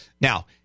Now